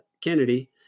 Kennedy